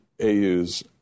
AU's